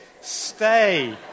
Stay